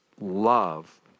Love